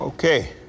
Okay